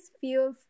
feel